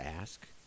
ask